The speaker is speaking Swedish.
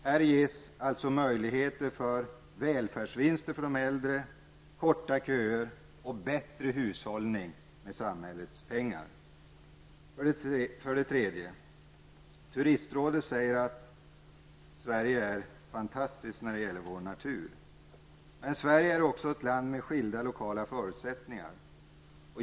Det ges alltså möjligheter för att skapa välfärdsvinster för de äldre, att korta köer och att bättre hushålla med samhällets pengar. För det tredje säger turistrådet att Sverige är fantastiskt när det gäller vår natur. Sverige är också ett land med skilda lokala förutsättningar.